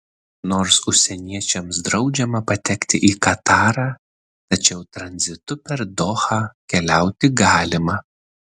nors užsieniečiams draudžiama patekti į katarą tačiau tranzitu per dohą keliauti galima